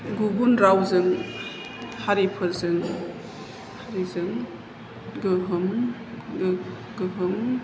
गुबुन रावजों हारिफोरजों हारिजों गोहोम